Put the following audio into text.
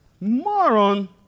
Moron